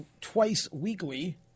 twice-weekly